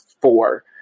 four